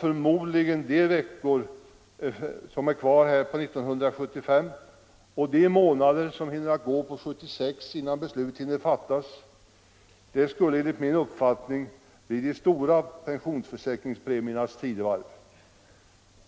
Förmodligen skulle då de veckor som är kvar på 1975 och månaderna under 1976 innan beslut hinner fattas komma att bli de stora pensionsförsäkringspremiernas tidevarv.